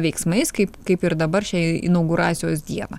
veiksmais kaip kaip ir dabar šią inauguracijos dieną